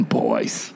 boys